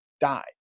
died